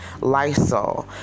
Lysol